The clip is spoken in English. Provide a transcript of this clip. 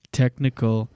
technical